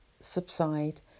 subside